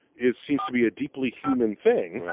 it seems to be a deeply human thing,